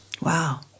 Wow